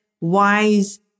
wise